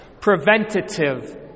preventative